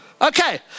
Okay